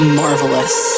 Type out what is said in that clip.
marvelous